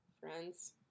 friends